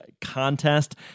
contest